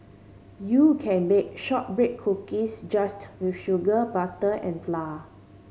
you can bake shortbread cookies just with sugar butter and flour